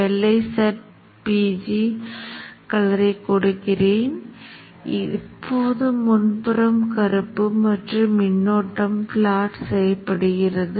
இந்த அதிவேகச் சிதைவு Lm R நேர மாறிலி ஆகும் இது காந்தமாக்கும் மின்னோட்டத்தின் சிதைவின் காரணமாகும்